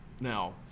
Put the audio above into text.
Now